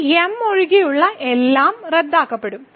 ഈ m ഒഴികെയുള്ള എല്ലാം റദ്ദാക്കപ്പെടും